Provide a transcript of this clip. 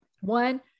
One